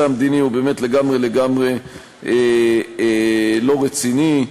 המדיני הוא באמת לגמרי לגמרי לא רציני.